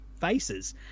faces